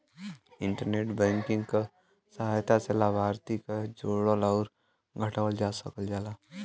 internet banking क सहायता से लाभार्थी क जोड़ल आउर हटावल जा सकल जाला